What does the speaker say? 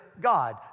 God